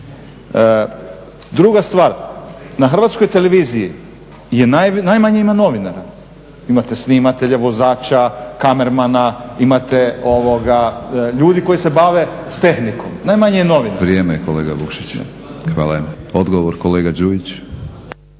Druga stvar, na Hrvatskoj televiziji najmanje ima novinara. Imate snimatelja, vozača, kamermana, imate ljudi koji se bave sa tehnikom, najmanje je novinara. …/Upadica: Vrijeme je kolega Vukšić./… **Batinić, Milorad (HNS)** Hvala. Odgovor kolega Đujić.